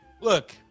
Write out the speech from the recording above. Look